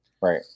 Right